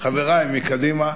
חברי מקדימה,